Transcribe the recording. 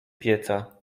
pieca